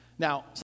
Now